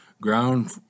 ground